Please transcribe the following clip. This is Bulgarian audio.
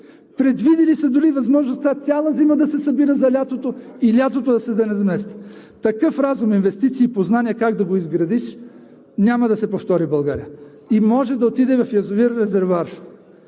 Предвидили са дори възможност за това – цялата зима да се събира за лятото и лятото да се размества. Такъв разум, инвестиции и познания! Как да го изградиш, няма да се повтори в България. И може да отиде в язовир – резервоар.